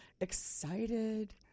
excited